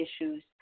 issues